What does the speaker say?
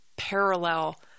parallel